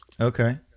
Okay